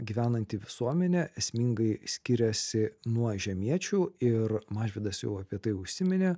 gyvenanti visuomenė esmingai skiriasi nuo žemiečių ir mažvydas jau apie tai užsiminė